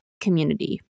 community